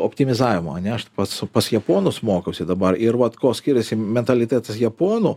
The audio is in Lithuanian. optimizavimo ane aš pats su pas japonus mokiausi dabar ir vat kuo skiriasi mentalitetas japonų